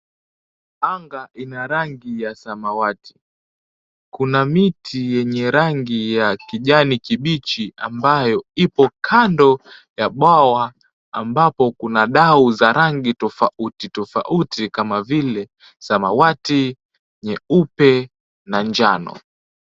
Anga ina rangi ya samawati. Kuna miti yenye rangi ya kijani kibichi, ambayo ipo kando ya bwawa ambapo kuna dau za rangi tofauti tofauti kama vile samawati, nyeupe na njano.